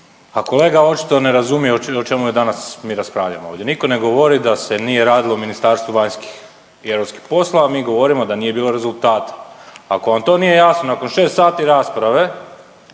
A kolega očito ne razumije o čemu danas mi raspravljamo ovdje. Niko ne govori da se nije radilo u Ministarstvu vanjskih i europskih poslova, mi govorimo da nije bilo rezultata. Ako vam to nije jasno nakon 6 sati rasprave